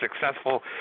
successful